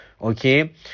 Okay